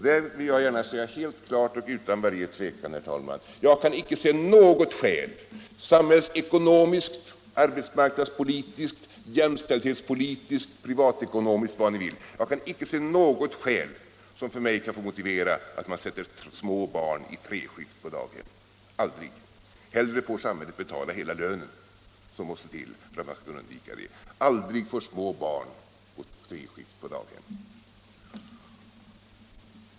Där vill jag säga klart och utan varje tvekan, herr talman, att jag kan icke se något skäl — samhällsekc nomiskt, arbetsmarknadspolitiskt, jämställdhetspolitiskt, privatekonomiskt eller vad ni vill — som för mig kan motivera att man sätter små barn i treskift på daghem. Aldrig! Hellre får samhället betala hela lönen som måste till för att man skall undvika det.